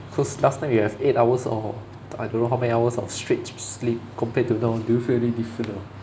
cause last time you have eight hours or I don't know how many hours of straight sleep compared to now do you feel any different now